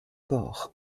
port